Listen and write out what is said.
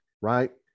right